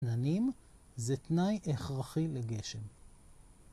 עננים זה תנאי הכרחי לגשם